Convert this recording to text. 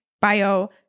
Bio